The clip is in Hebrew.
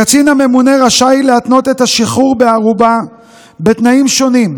הקצין הממונה רשאי להתנות את השחרור בערובה בתנאים שונים,